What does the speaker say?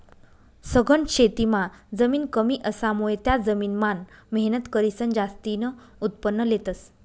सघन शेतीमां जमीन कमी असामुये त्या जमीन मान मेहनत करीसन जास्तीन उत्पन्न लेतस